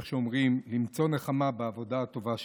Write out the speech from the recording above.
איך שאומרים, למצוא נחמה בעבודה הטובה שלכם.